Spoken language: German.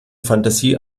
fantasie